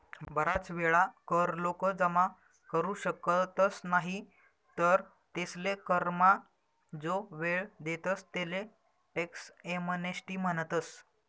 बराच वेळा कर लोक जमा करू शकतस नाही तर तेसले करमा जो वेळ देतस तेले टॅक्स एमनेस्टी म्हणतस